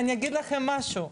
אגיד לכם משהו,